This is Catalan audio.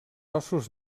ossos